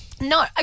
No